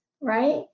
right